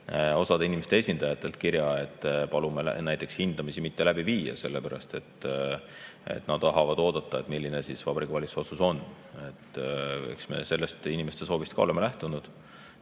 osa inimeste esindajatelt kirja, et palutakse hindamisi mitte läbi viia, sellepärast et nad tahavad oodata, milline Vabariigi Valitsuse otsus on. Eks me sellest inimeste soovist oleme lähtunud.